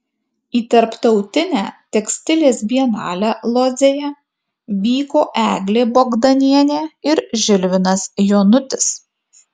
į tarptautinę tekstilės bienalę lodzėje vyko eglė bogdanienė ir žilvinas jonutis